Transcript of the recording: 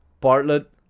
Bartlett